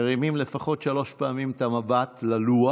מרימים לפחות שלוש פעמים את המבט ללוח.